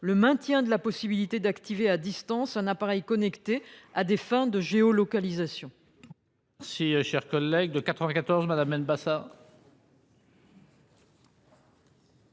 en maintenant la possibilité d'activer à distance un appareil connecté à des fins de géolocalisation.